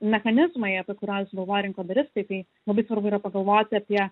mechanizmai apie kuriuos galvoja rinkodaristai tai labai svarbu yra pagalvoti apie